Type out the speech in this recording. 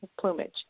plumage